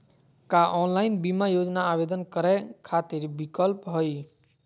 का ऑनलाइन बीमा योजना आवेदन करै खातिर विक्लप हई?